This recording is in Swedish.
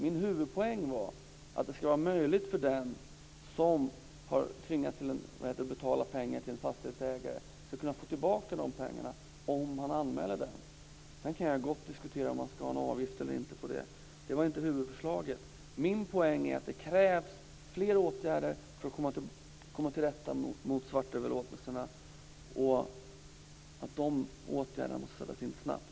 Min poäng är att den som tvingats betala pengar till en fastighetsägare skall kunna få tillbaka pengarna om det sker en anmälan. Sedan kan jag gott diskutera om det skall vara en avgift eller ej. Det var inte huvudförslaget. Det krävs fler åtgärder för att komma till rätta med svartöverlåtelserna. De åtgärderna måste sättas in snabbt.